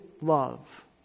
love